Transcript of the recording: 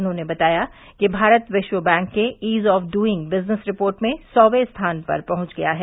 उन्होंने बताया कि भारत विश्व बैंक के ease of doing business report में सौवें स्थान पर पहुंच गया है